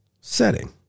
setting